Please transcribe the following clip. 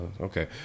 okay